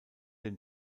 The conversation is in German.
den